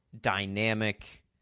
dynamic